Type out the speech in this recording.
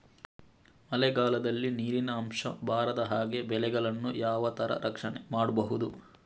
ಮಳೆಗಾಲದಲ್ಲಿ ನೀರಿನ ಅಂಶ ಬಾರದ ಹಾಗೆ ಬೆಳೆಗಳನ್ನು ಯಾವ ತರ ರಕ್ಷಣೆ ಮಾಡ್ಬಹುದು?